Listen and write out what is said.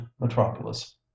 metropolis